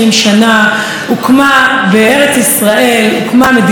בארץ ישראל הוקמה מדינת ישראל,